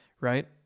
right